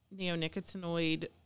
Neonicotinoid